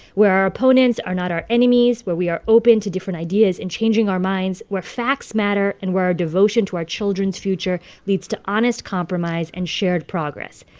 where our opponents are not our enemies, where we are open to different ideas and changing our minds, where facts matter and where our devotion to our children's future leads to honest compromise and shared progress.